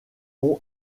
ont